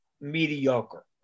mediocre